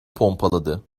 pompaladı